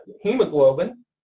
hemoglobin